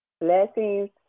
Blessings